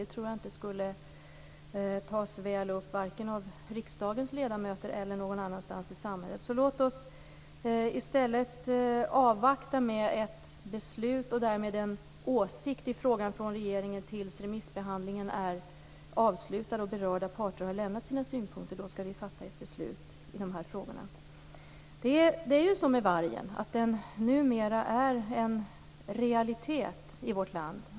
Det skulle inte tas väl upp av vare sig riksdagens ledamöter eller någon annanstans i samhället. Låt oss i stället avvakta med ett beslut och därmed en åsikt i frågan från regeringens sida tills remissbehandlingen är avslutad och berörda parter har lämnat sina synpunkter. Då skall vi fatta beslut i frågorna. Vargen är numera en realitet i vårt land.